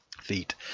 feet